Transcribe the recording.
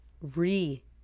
re